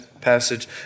passage